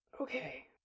Okay